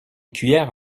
cuillère